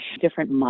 different